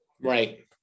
Right